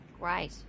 Great